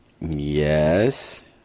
Yes